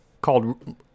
called